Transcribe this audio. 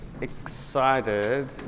excited